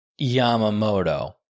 Yamamoto